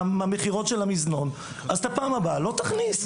מהמכירות של המזנון, אז אתה פעם הבאה לא תכניס.